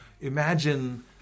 imagine